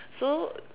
so